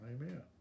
amen